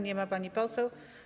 Nie ma pani poseł.